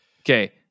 Okay